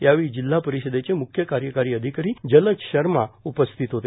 यावेळी जिल्हा परिषदेचे म्ख्य कार्यकारी अधिकारी जलज शर्मा उपस्थित होते